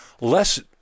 less